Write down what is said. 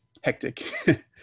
hectic